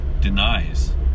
denies